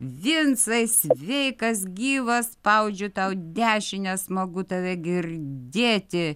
vincai sveikas gyvas spaudžiu tau dešinę smagu tave girdėti